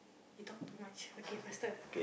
you talk too much okay faster